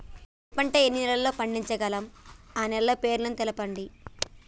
వరి పంట ఎన్ని నెలల్లో పండించగలం ఆ నెలల పేర్లను తెలుపండి?